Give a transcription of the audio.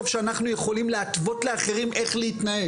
שאנחנו יכולים להתוות לאחרים איך להתנהג.